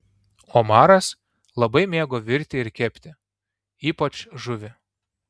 omaras labai mėgo virti ir kepti ypač žuvį